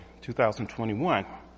2021